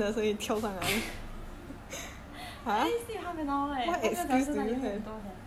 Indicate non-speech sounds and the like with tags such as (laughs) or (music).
(laughs) I only sleep half an hour leh 半个小时哪里会很多